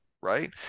Right